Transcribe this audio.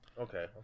Okay